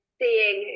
seeing